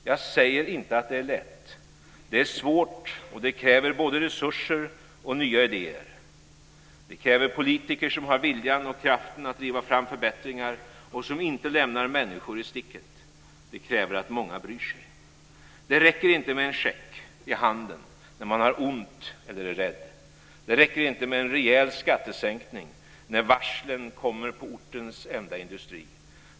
Jag säger inte att det är lätt. Det är svårt, och det kräver både resurser och nya idéer. Det kräver politiker som har viljan och kraften att driva fram förbättringar och som inte lämnar människor i sticket. Det kräver att många bryr sig. Det räcker inte med en check i handen när man har ont eller är rädd. Det räcker inte med en rejäl skattesänkning när varslen kommer på ortens enda industri.